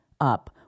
up